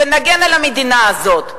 ונגן על המדינה הזאת.